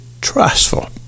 trustful